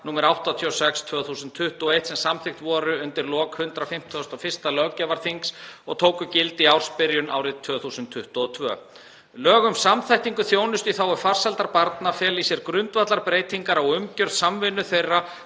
nr. 86/2021, sem samþykkt voru undir lok 151. löggjafarþings og tóku gildi í ársbyrjun 2022. Lög um samþættingu þjónustu í þágu farsældar barna fela í sér grundvallarbreytingar á umgjörð samvinnu þeirra